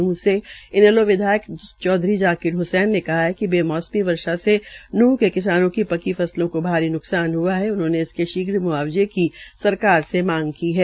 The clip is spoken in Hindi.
नूंह से इनैलो विधायक चौधरी ज़ाकिर हसैन ने कहा कि वे मौसमी वर्षा से नूंह के किसानों की पकी फसल भारी न्कसान हुआ है उन्होंने इसके शीघ्र मुआवजे की सरकार से मांग की है